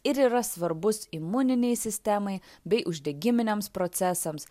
ir yra svarbus imuninei sistemai bei uždegiminiams procesams